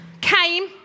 came